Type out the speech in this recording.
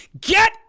Get